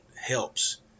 helps